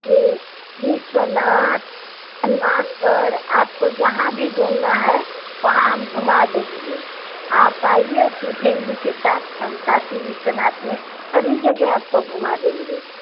ये विश्वनाथ हनुमान ग़ढ़ आपको जहां भी घूमना है वहाँ हम घूमा देंगे आप आईउए फैमली के साथ हम काशी विश्वनाथ में सभी जगह आपको घूमा देंगे